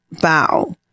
bow